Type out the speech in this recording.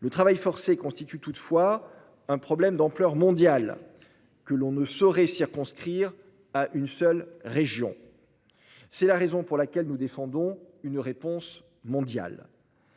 Le travail forcé constitue toutefois un problème d'ampleur mondiale que l'on ne saurait circonscrire à une seule région. C'est pourquoi nous défendons le principe d'une réponse mondiale.